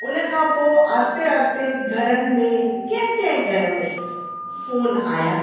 उनखां पोइ आहिस्ते आहिस्ते घरनि में कंहिं कंहिं घर में फ़ोन आया